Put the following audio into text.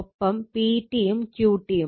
ഒപ്പം PT യും QT യും